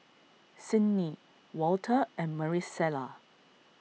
Cydney Walter and Marisela